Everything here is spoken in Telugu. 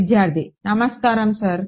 విద్యార్థి నమస్కారం సార్